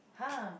!huh!